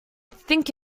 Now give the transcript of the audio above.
think